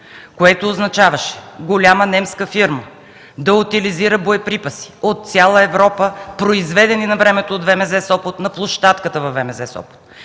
което означаваше голяма немска фирма да утилизира боеприпаси от цяла Европа, произведени навремето от ВМЗ – Сопот, на площадката във ВМЗ – Сопот.